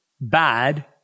bad